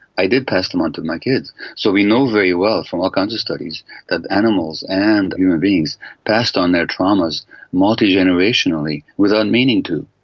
i did pass them on to my kids. so we know very well from all kinds of studies that animals and human beings passed on their traumas multigenerationally without meaning to.